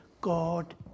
God